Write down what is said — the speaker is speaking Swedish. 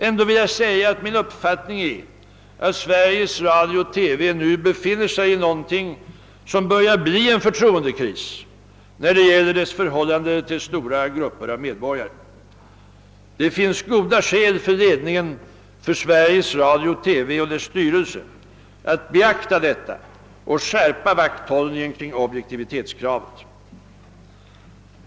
Ändå vill jag säga att min uppfattning är att Sveriges Radio nu befinner sig i någonting som börjar bli en förtroendekris när det gäller dess förhållande till stora grupper av medborgare. Det finns goda skäl för ledningen för Sveriges Radio/TV och dess styrelse att beakta detta och att skärpa vakthållningen kring objektivitetskravet.